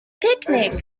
picnic